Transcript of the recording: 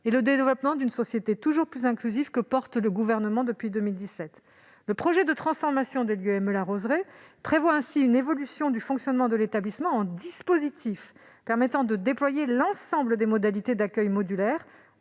et le développement d'une société toujours plus inclusive que porte le Gouvernement depuis 2017. Le projet de transformation de l'IME La Roseraie prévoit ainsi une évolution du fonctionnement de l'établissement en dispositif permettant de déployer l'ensemble des modalités d'accueil modulaire-